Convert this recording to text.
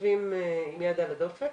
יושבים עם יד על הדופק.